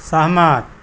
सहमत